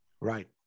right